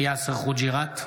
יאסר חוג'יראת,